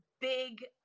big